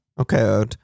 Okay